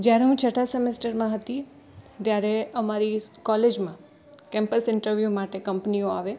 જ્યારે હું છઠ્ઠા સેમેસ્ટરમાં હતી ત્યારે અમારી કૉલેજમાં કૅમ્પસ ઇન્ટરવ્યૂ માટે કંપનીઓ આવે